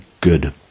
good